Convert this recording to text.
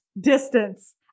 distance